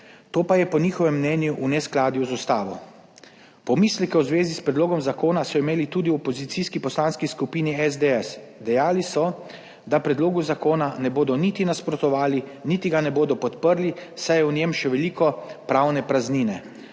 To pa je po njihovem mnenju v neskladju z ustavo. Pomisleke v zvezi s predlogom zakona so imeli tudi v opozicijski Poslanski skupini SDS. Dejali so, da predlogu zakona ne bodo niti nasprotovali niti ga ne bodo podprli, saj je v njem še veliko pravne praznine.